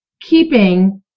keeping –